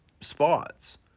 spots